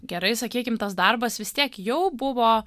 gerai sakykim tas darbas vis tiek jau buvo